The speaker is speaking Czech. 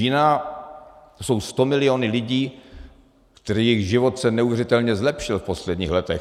Čína jsou stamiliony lidí, jejichž život se neuvěřitelně zlepšil v posledních letech.